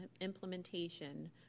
implementation